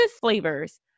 flavors